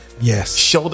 Yes